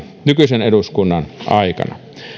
nykyisen eduskunnan aikana